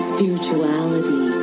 Spirituality